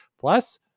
plus